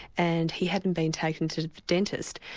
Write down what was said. and he hadn't been taken to the dentist,